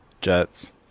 jets